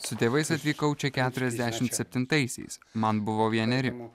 su tėvais atvykau čia keturiasdešimt septintaisiais man buvo vieneri